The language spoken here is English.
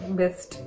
best